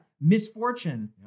misfortune